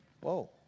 Whoa